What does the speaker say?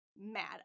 mad